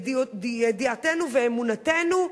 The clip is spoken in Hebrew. ידיעתנו ואמונתנו,